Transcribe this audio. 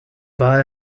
war